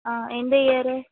ஆ எந்த இயரு